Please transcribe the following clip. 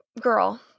girl